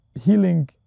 healing